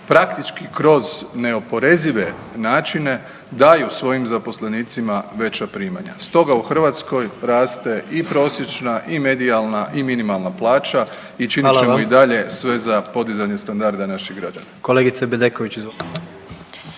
praktički kroz neoporezive načine daju svojim zaposlenicima veća primanja. Stoga u Hrvatskoj raste i prosječna i medijalna i minimalna plaća i činit ćemo i dalje…/Upadica: Hvala vam/…sve za podizanje standarda naših građana.